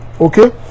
Okay